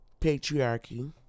Patriarchy